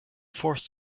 forced